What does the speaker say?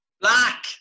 Black